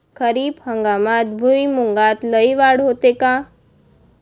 खरीप हंगामात भुईमूगात लई वाढ होते का?